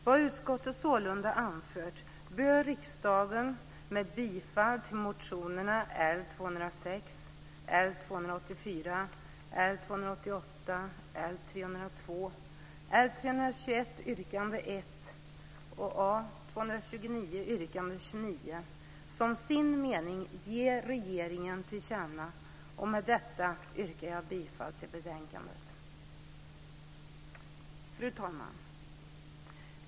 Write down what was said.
Vad utskottet sålunda har anfört bör riksdagen, med bifall till motionerna L206, L284, L288, L302, L321 yrkande 1 och A229 yrkande 29, som sin mening ge regeringen till känna. Med detta yrkar jag bifall till förslaget i betänkandet. Fru talman!